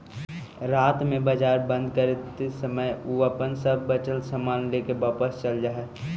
रात में बाजार बंद करित समय उ अपन सब बचल सामान लेके वापस चल जा हइ